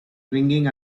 ringing